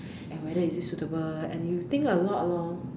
and whether is it suitable and you think a lot lor